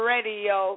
Radio